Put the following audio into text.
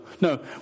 no